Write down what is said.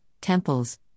temples